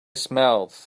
smiled